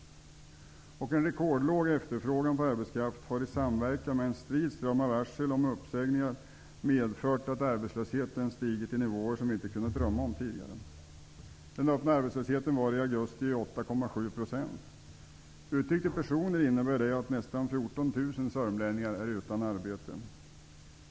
En rekordliten efterfrågan på arbetskraft har i samverkan med en strid ström av varsel om uppsägningar medfört att arbetslösheten stigit till nivåer som vi inte kunnat drömma om tidigare. sörmlänningar är utan arbete.